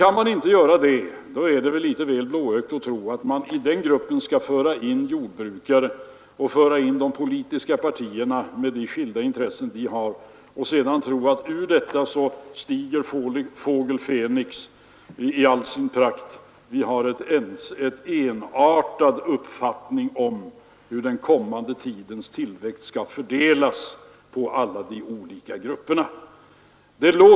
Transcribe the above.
Kan man inte göra det, är det litet väl blåögt att inbilla sig att man i den gruppen skall kunna föra in jordbrukarna och de politiska partierna, med de skilda intressen de har, och sedan tro att ur detta stiger fågel Fenix i all sin prakt — och man har en ensartad uppfattning om hur den kommande tidens ekonomiska tillväxt skall fördelas på alla de olika grupperna.